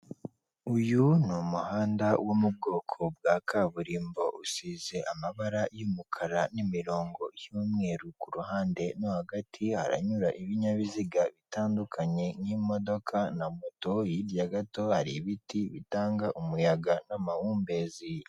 Uyu ni umuhanda wo mu bwoko bwa kaburimbo, usize amabara y'umukara n'imirongo y'umweru ku ruhande, mo hagati haranyura ibinyabiziga bitandukanye nk'imodoka na moto, hirya gato hari ibiti bitanga umuyaga n'amahumbezi.